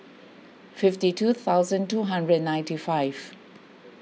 fifty two thousand two hundred and ninety five